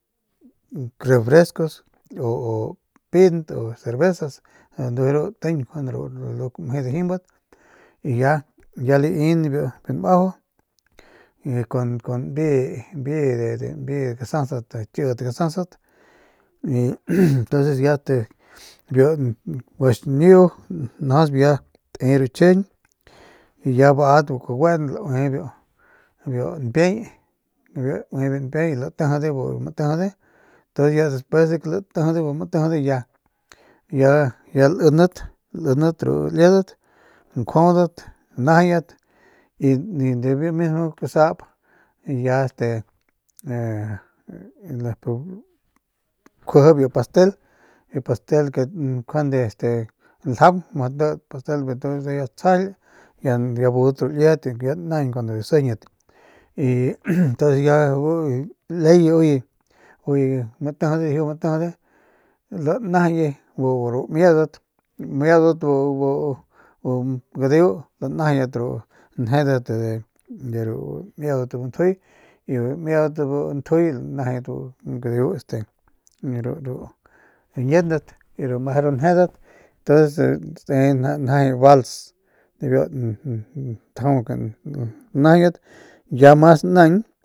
Refrescos o con piint o cervezas de ru tiñ ru ke mje dijimbat y ya lai nibiu nmajau y kun de mbii mbii mbii gasast de kidat gsasat y entonces ya te biu guaxiñiu njasp ya te ru chjijiñ y ya bat bu kaguenty ya laue biu npiay y laue biu npiay latijide bu gatijide y ya despues de ke latijide bu matijide ya lindat lindat ru liedat kjuaudat najayet y nibiu mismo kusap y ya este ya nep kjuiji biu pastel biu pastel ke njuande este ljaung ma lets y ya tsjajaly ya budat ru liedat ya naañ kuandu ya sijiñat y entonces ya buye leye uye uye dijiu matijide lanajayi ru mieudat mieudat bu gadeu lanajayet ru njedat de ru mieudat de bu ntjuy y ru mieudat de bu ntjuy lanajayat bu gadeu este ru ru ñiendat y ru meje ru njedat tuns te njajay bals biu ntjau ke najayat ya mas naañ.